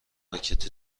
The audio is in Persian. راکت